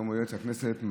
יום הולדת לכנסת,